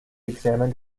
examined